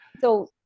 So-